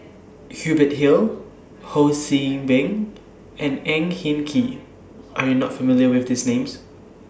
Hubert Hill Ho See Beng and Ang Hin Kee Are YOU not familiar with These Names